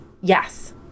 Yes